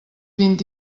vint